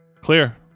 clear